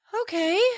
Okay